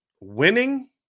winning